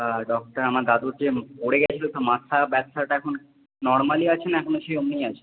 doctor আমার দাদু যে পড়ে গেছিল মাথা ব্যথাটা এখন নর্মালই আছে না এখনও সেরকমই আছে